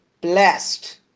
blessed